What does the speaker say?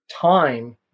time